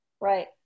Right